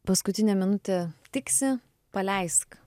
paskutinė minutė tiksi paleisk